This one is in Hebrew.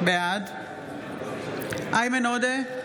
בעד איימן עודה,